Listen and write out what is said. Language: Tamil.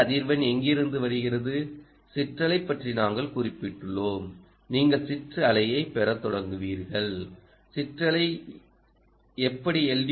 இந்த அதிர்வெண் எங்கிருந்து வருகிறது சிற்றலை பற்றி நாங்கள் குறிப்பிட்டுள்ளோம் நீங்கள் சிற்றலையை பெறத் தொடங்குவீர்கள் சிற்றலை எப்படி எல்